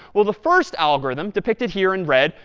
well, the first algorithm, depicted here in red,